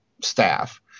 staff